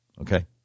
Okay